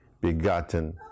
begotten